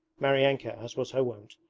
maryanka, as was her wont,